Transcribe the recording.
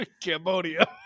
Cambodia